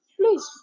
please